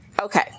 Okay